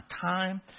time